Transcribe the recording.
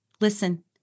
listen